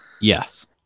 Yes